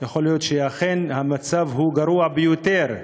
יכול להיות שאכן המצב גרוע ביותר.